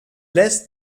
l’est